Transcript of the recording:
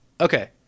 Okay